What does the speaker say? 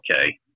okay